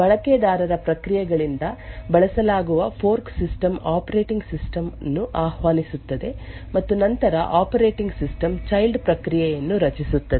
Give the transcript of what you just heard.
ಬಳಕೆದಾರ ಪ್ರಕ್ರಿಯೆಗಳಿಂದ ಬಳಸಲಾಗುವ ಫೋರ್ಕ್ ಸಿಸ್ಟಮ್ ಆಪರೇಟಿಂಗ್ ಸಿಸ್ಟಮ್ ಅನ್ನು ಆಹ್ವಾನಿಸುತ್ತದೆ ಮತ್ತು ನಂತರ ಆಪರೇಟಿಂಗ್ ಸಿಸ್ಟಮ್ ಚೈಲ್ಡ್ ಪ್ರಕ್ರಿಯೆಯನ್ನು ರಚಿಸುತ್ತದೆ